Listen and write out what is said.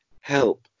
Help